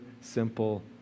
simple